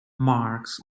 marks